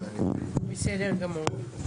בסדר גמור.